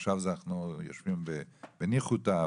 עכשיו אנחנו יושבים בניחותא,